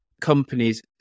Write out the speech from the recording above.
companies